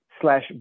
slash